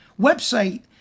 website